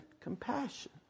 compassion